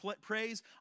praise